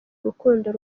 urukundo